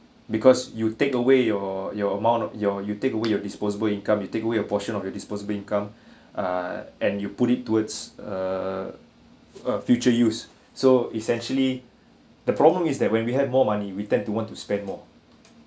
because you take away your your amount your you take away your disposable income you take away a portion of your disposable income err and you put it towards a a future use so essentially the problem is that when we have more money we tend to want to spend more